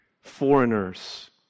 foreigners